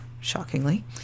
shockingly